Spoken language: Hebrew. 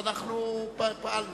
אז אנחנו פעלנו.